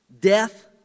death